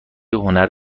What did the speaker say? هنر